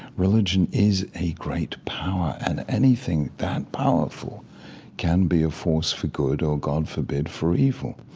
religion is a great power, and anything that powerful can be a force for good or, god forbid, for evil.